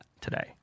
today